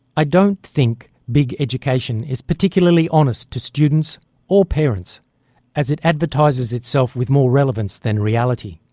i don't think big education is particularly honest to students or parents as it advertises itself with more relevance than reality.